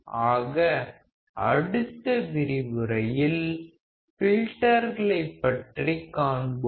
ஆக அடுத்த விரிவுரையில் ஃபில்டர்களைப் பற்றி காண்போம்